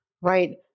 Right